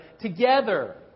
together